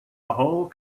whole